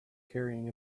carrying